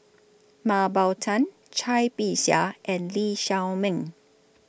Mah Bow Tan Cai Bixia and Lee Shao Meng